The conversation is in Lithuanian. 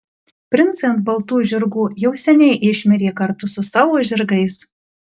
princai ant baltų žirgų jau seniai išmirė kartu su savo žirgais